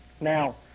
Now